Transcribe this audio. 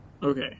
Okay